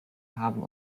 haben